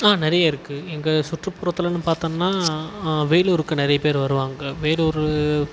ஆ நிறைய இருக்குது எங்கள் சுற்றுப்புறத்துலேனு பார்த்தோம்னா வேலூருக்கு நிறைய பேர் வருவாங்க வேலூர்